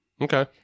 Okay